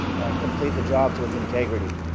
and complete the jobs with integrity.